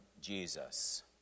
Jesus